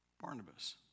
Barnabas